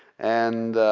and